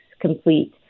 complete